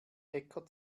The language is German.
äcker